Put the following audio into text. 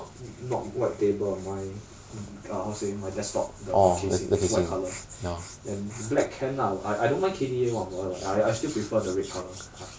not white table my err how to say my desktop the casing is white colour then black can lah I I don't mind K_D_A one but I I still prefer the red colour ah